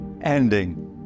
ending